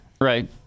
Right